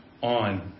on